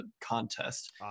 contest